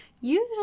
usually